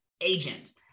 agents